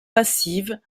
passive